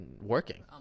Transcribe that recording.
working